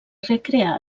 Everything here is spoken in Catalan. recrear